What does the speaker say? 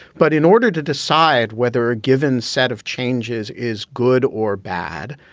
but in order to decide whether a given set of changes is good or bad,